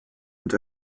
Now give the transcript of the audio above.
und